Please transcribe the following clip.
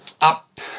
up